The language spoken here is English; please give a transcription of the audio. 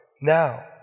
now